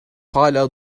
hâlâ